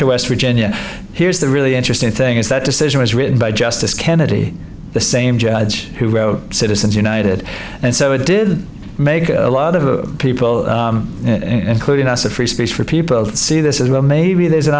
to west virginia here's the really interesting thing is that decision was written by justice kennedy the same judge who wrote citizens united and so it did make a lot of people including us a free speech for people who see this as well maybe there's an